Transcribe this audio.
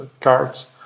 cards